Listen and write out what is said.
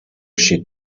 she